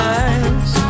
eyes